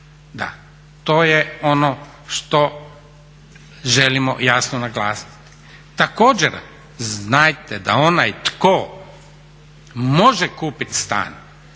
Da, to je ono što želimo jasno naglasiti. Također znajte da onaj tko može kupiti stan